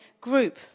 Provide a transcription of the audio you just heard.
group